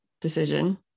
decision